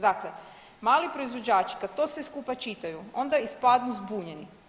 Dakle, mali proizvođači kad to sve to skupa čitaju onda ispadnu zbunjeni.